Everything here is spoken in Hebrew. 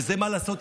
ומה לעשות?